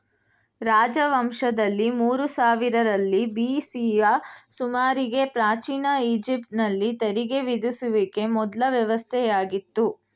ರಾಜವಂಶದಲ್ಲಿ ಮೂರು ಸಾವಿರರಲ್ಲಿ ಬಿ.ಸಿಯ ಸುಮಾರಿಗೆ ಪ್ರಾಚೀನ ಈಜಿಪ್ಟ್ ನಲ್ಲಿ ತೆರಿಗೆ ವಿಧಿಸುವಿಕೆ ಮೊದ್ಲ ವ್ಯವಸ್ಥೆಯಾಗಿತ್ತು